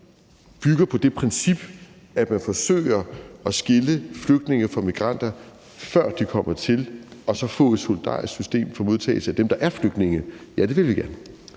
bygger på det princip, at man forsøger at skille flygtninge fra migranter, før de kommer hertil, og så får et solidarisk system for modtagelse af dem, der er flygtninge? Ja, det vil vi gerne.